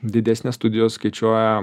didesnės studijos skaičiuoja